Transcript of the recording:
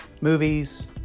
movies